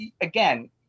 again